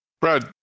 Brad